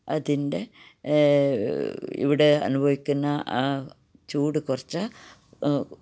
അതിൻ്റെ ഇവിടെ അനുഭവിക്കുന്ന ചൂട് കുറച്ച്